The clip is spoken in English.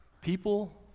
People